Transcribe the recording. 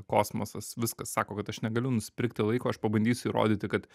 kosmosas viskas sako kad aš negaliu nusipirkti laiko aš pabandysiu įrodyti kad